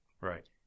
Right